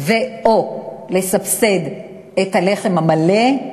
ו/או לסבסד את הלחם המלא,